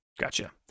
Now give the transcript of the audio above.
gotcha